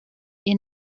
est